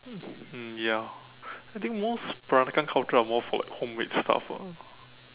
mm ya I think most peranakan culture are more for like homemade stuff ah